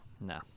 No